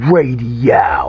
Radio